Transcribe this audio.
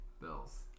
Bills